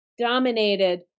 dominated